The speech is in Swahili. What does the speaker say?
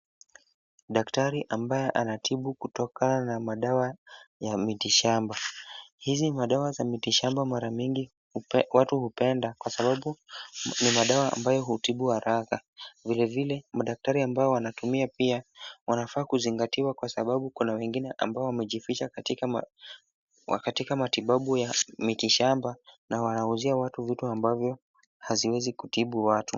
Daktari ambaye anatibu kutokana na madawa ya miti shamba. Hizi madawa za miti shamba mara mingi watu hupenda kwa sababu ni madawa ambayo hutibu haraka. Vilevile madaktari ambao wanatumia pia wanafaa kuzingatiwa kwa sababu kuna wengine ambao wamejificha katika matibabu ya miti shamba na wanauzia watu vitu ambavyo haziwezi kutibu watu.